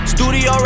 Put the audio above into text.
Studio